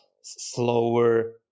slower